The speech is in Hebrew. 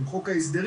עם חוק ההסדרים,